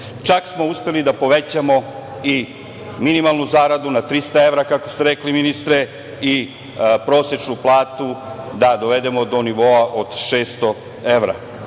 Čak smo upeli i da povećamo i minimalnu zaradu na 300 evra, kako ste rekli ministre, i prosečnu platu da dovedemo do nivoa od 600 evra.